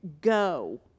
go